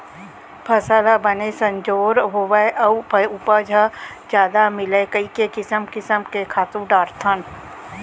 फसल ह बने संजोर होवय अउ उपज ह जादा मिलय कइके किसम किसम के खातू डारथन